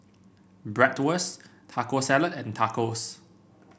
Bratwurst Taco Salad and Tacos